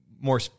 more